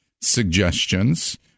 suggestions